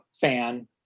fan